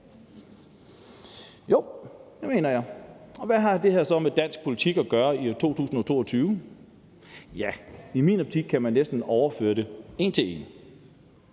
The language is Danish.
Jo, det mener jeg. Kl. 17:03 Hvad har det her så med dansk politik at gøre i 2022? I min optik kan man næsten overføre det en til en,